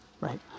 right